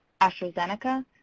AstraZeneca